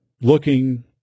looking